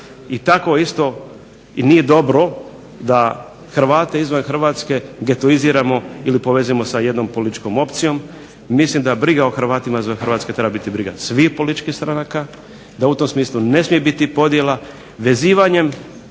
i tako isto nije dobro da Hrvate izvan Hrvatske getoiziramo ili povezujemo sa jednom političkom opcijom. Mislim da briga o Hrvatima izvan Hrvatske treba biti briga svih političkih stranaka, da u tom smislu ne smije biti podjela. Vezivanjem